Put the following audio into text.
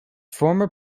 former